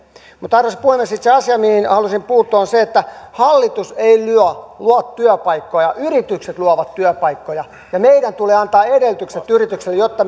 koskea arvoisa puhemies itse asia mihin halusin puuttua on se että hallitus ei luo luo työpaikkoja yritykset luovat työpaikkoja ja meidän tulee antaa edellytykset yrityksille jotta